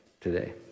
today